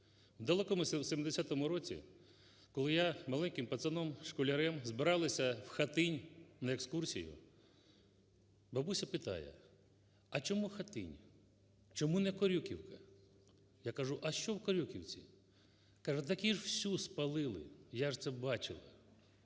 в далекому 1970 році, коли я маленьким пацаном, школярем збиралися в Хатинь на екскурсію. Бабуся питає, а чому Хатинь, чому не Корюківка? Я кажу, а що в Корюківці? Каже, так її всю спалили, я ж це бачила.